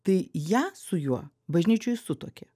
tai ją su juo bažnyčioj sutuokė